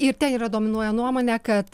ir ten yra dominuoja nuomonė kad